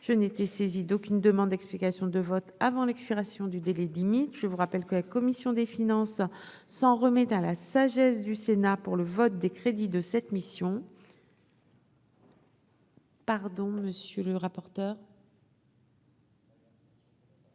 l'je n'ai été saisi d'aucune demande d'explication de vote avant l'expiration du délai 10 minutes, je vous rappelle que la commission des finances s'en remet à la sagesse du Sénat pour le vote des crédits de cette mission. Pardon, monsieur le rapporteur.